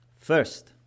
First